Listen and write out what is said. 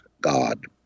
God